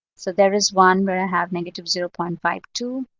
so there is one where i have negative zero point five two,